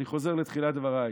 אני חוזר לתחילת דבריי,